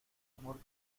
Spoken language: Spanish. amor